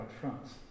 France